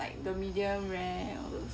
like the medium rare all those